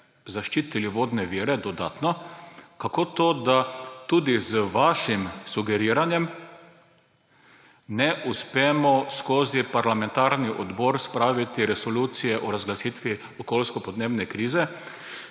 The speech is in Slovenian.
zaščitili vodne vire, kako to, da tudi z vašim sugeriranjem ne uspemo skozi parlamentarni odbor spraviti resolucije o razglasitvi okoljsko-podnebne krize,